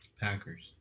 Packers